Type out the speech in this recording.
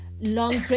long